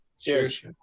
Cheers